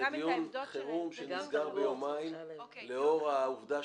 זה דיון חירום שנסגר ביומיים לאור העובדה